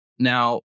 Now